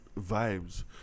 vibes